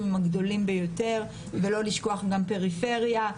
הם הגדולים ביותר ולא לשכוח גם פריפריה.